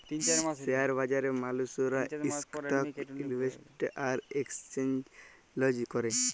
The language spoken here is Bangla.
শেয়ার বাজারে মালুসরা ইসটক ইলভেসেট আর একেসচেলজ ক্যরে